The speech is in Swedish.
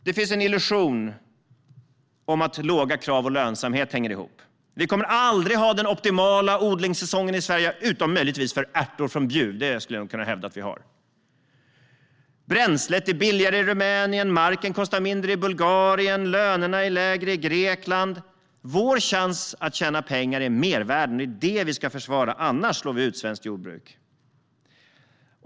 Det finns en illusion om att låga krav och lönsamhet hänger ihop. Vi kommer aldrig att ha den optimala odlingssäsongen i Sverige, utom möjligtvis för ärtor från Bjuv - det skulle jag kunna hävda att vi har. Bränslet är billigare i Rumänien. Marken kostar mindre i Bulgarien. Lönerna är lägre i Grekland. Vår chans att tjäna pengar är genom mervärden. Det är det vi ska försvara. Annars slår vi ut svenskt jordbruk.